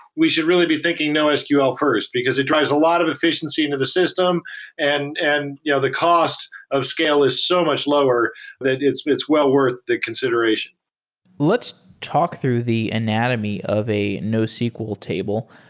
we should really be thinking nosql first, because it drives a lot of efficiency into the system and and yeah the cost of scale is so much lower that it's it's well worth the consideration let's talk through the anatomy of a nosql table.